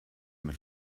mit